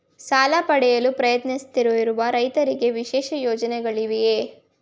ಸಾಲ ಪಡೆಯಲು ಪ್ರಯತ್ನಿಸುತ್ತಿರುವ ರೈತರಿಗೆ ವಿಶೇಷ ಪ್ರಯೋಜನಗಳಿವೆಯೇ?